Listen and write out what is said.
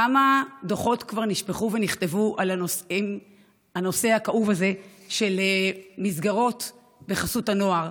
כמה דוחות כבר נשפכו ונכתבו על הנושא הכאוב הזה של מסגרות בחסות הנוער.